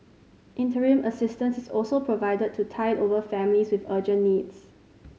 interim assistance is also provided to tide over families with urgent needs